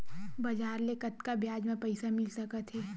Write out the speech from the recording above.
बजार ले कतका ब्याज म पईसा मिल सकत हे?